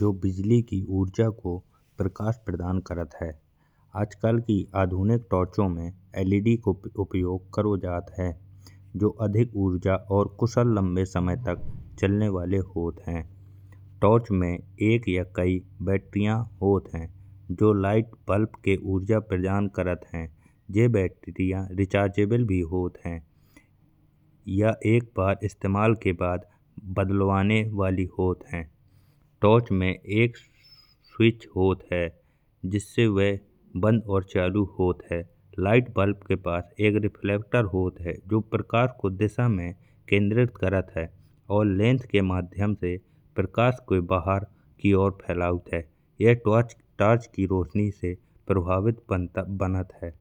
जो बिजली की ऊर्जा को प्रकाश प्रदान करत है। आजकल की आधुनिक टॉर्चो में एलईडी को उपयोग कारो जात है जो अधिक ऊर्जा और कुशल लंबे समय तक चलन वाले होत हैं। टॉर्च में एक या कई बैटरिया होत हैं जो लाइट बल्ब के ऊर्जा प्रदान करत हैं। ये बैटरिया रीचार्जेबल भी होत हैं या एक बार इस्तेमाल करण के बाद बदलावने वाली भी होत हैं। टॉर्च में एक स्विच होत है जिससे वह बंद और चालू होत है। लाइट बल्ब के पास एक रिफ्लेक्टर होत है जो प्रकाश को दिशा में केंद्रित करत है और लेंस के माध्यम से प्रकाश को बाहर की ओर फैलावत है। एक टॉर्च टॉर्च की रोशनी से प्रभावित बनत है।